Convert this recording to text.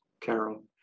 Carol